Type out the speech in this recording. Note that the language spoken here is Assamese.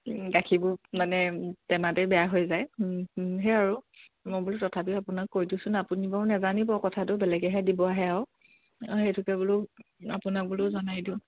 গাখীবোৰ মানে টেমাতে বেয়া হৈ যায় সেয়া আৰু মই বোলো তথাপিও আপোনাক কৈ দিওঁচোন আপুনি বাৰু নেজানিব কথাটো বেলেগেহে দিব আহে আৰু সেইটোকে বোলো আপোনাক বোলো জনাই দিওঁ